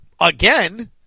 again